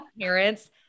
parents